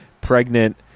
pregnant